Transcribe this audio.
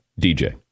DJ